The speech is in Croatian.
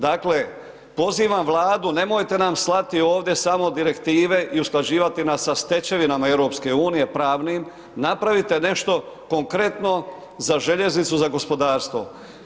Dakle, pozivam Vladu nemojte nam slati ovdje samo direktive i usklađivati nas sa stečevinama EU pravnim, napravite nešto konkretno za željeznicu za gospodarstvo.